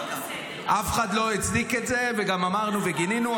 אף אחד לא הצדיק את זה וגם אמרנו וגינינו,